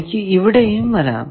എനിക്ക് ഇവിടെയും വരാം